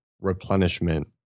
replenishment